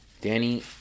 Danny